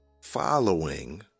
following